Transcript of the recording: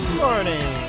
morning